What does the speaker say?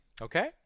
Okay